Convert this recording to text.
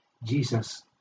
Jesus